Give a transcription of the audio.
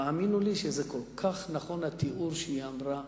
והאמינו לי, זה כל כך נכון מה שהיא אמרה,